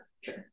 Sure